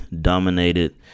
dominated